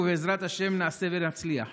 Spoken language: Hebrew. ובעזרת השם נעשה ונצליח.